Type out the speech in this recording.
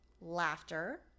laughter